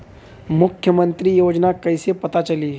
मुख्यमंत्री योजना कइसे पता चली?